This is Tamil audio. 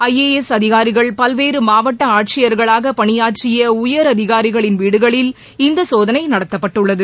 று ஏ எஸ் அதிகாகள் பல்வேறு மாவட்ட ஆட்சியர்களாக பணியாற்றிய உயரதிகாரிகளின் வீடுகளில் இந்த சோதனை நடத்தப்பட்டுள்ளது